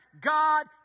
God